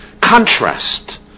Contrast